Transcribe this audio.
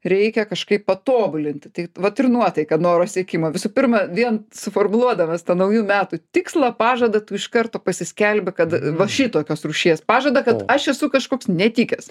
reikia kažkaip patobulinti tai vat ir nuotaika noro siekimo visų pirma vien suformuluodamas tą naujų metų tikslą pažadą tu iš karto paskelbi kad va šitokios rūšies pažadą kad aš esu kažkoks netikęs